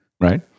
Right